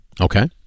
Okay